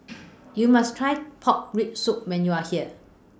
YOU must Try Pork Rib Soup when YOU Are here